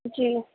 جی